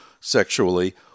sexually